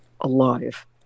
alive